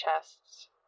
chests